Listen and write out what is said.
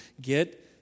get